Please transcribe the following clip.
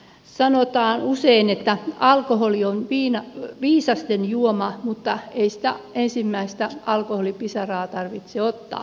sanotaan usein että alkoholi on viisasten juoma mutta ei sitä ensimmäistä alkoholipisaraa tarvitse ottaakaan